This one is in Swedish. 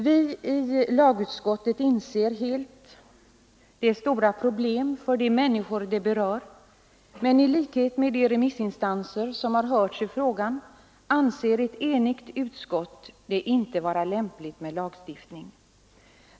Vi i lagutskottet inser helt det stora problemet för de människor som berörs, men i likhet med de remissinstanser som har hörts i frågan anser ett enigt utskott det inte vara lämpligt med lagstiftning.